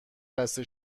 بسته